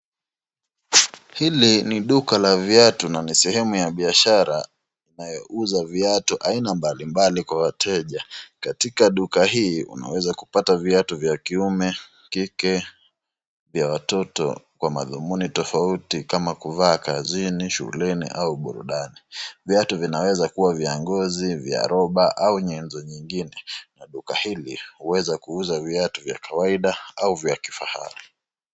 Hili ni duka la viatu na ni sehemu ya biashara inayouza viatu aina mbalimbali kwa wateja. Katika duka hii unaweza kupata viatu vya kiume, kike, vya watoto kwa madhumuni tofauti kama kuvaa kazini, shuleni au burudani. Viatu vinaweza kuwa vya ngozi, vya roba au nyenzo nyingine na duka hili huweza kuuza viatu vya kawaida au vya kifahari.